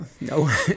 No